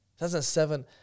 2007